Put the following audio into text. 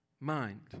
mind